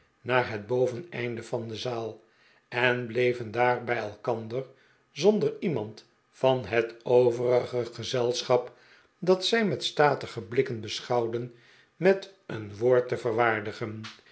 naar het boveneinde van de zaal en bleven daar bij elkander zonder iemand van het overige gezelschap dat zij met statige blikken beschouwden met een woord te verwaardigen